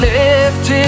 lifted